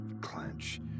clench